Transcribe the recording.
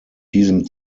diesem